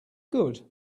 good